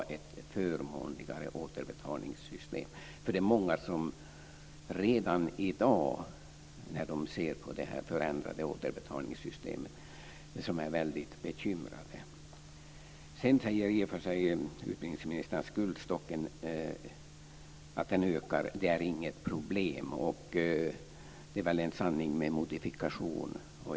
Det är många som redan i dag när de ser det förändrade återbetalningssystemet är bekymrade. Utbildningsministern säger att det inte är något problem att skuldstocken ökar. Det är väl en sanning med modifikation.